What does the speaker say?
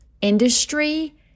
industry